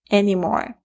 anymore